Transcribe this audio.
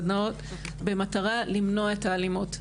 במטרה למנוע את האלימות.